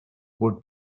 what